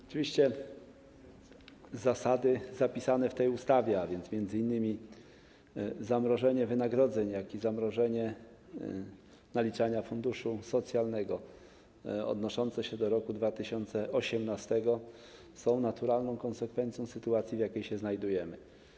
Oczywiście zasady zapisane w tej ustawie, a więc m.in. zamrożenie wynagrodzeń, czy zamrożenie naliczania funduszu socjalnego odnoszące się do roku 2018 są naturalną konsekwencją sytuacji, w jakiej się znajdujemy.